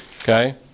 Okay